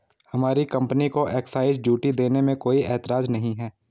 हमारी कंपनी को excise duty देने में कोई एतराज नहीं है